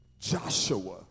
Joshua